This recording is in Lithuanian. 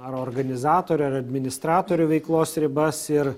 ar organizatorių ar administratorių veiklos ribas ir